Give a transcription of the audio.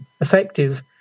effective